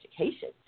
education